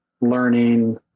learning